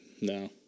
No